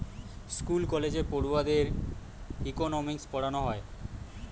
school কলেজে পড়ুয়াদের economics পোড়ানা হয়